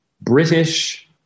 British